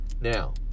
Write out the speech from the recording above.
Now